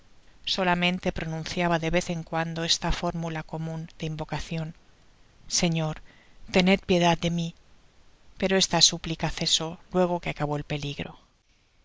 solamente pronunciaba de vez en cuando esta férmula eomun de invocacion iseñor tened piedad de mi pero esta súplica cesó luego que acabó al peligro